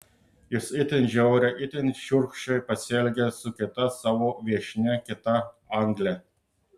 jis itin žiauriai itin šiurkščiai pasielgė su kita savo viešnia kita angle